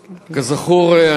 כזכור,